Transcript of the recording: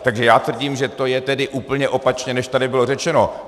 Takže já tvrdím, že to je tedy úplně opačně, než tady bylo řečeno.